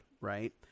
Right